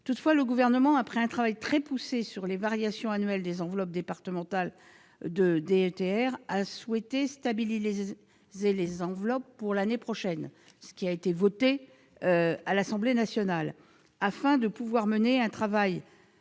Toutefois, le Gouvernement, après un travail très poussé sur les variations annuelles des enveloppes départementales de DETR, a souhaité les stabiliser pour l'année prochaine, ce qui a été voté à l'Assemblée nationale, afin de mener un travail